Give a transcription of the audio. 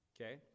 Okay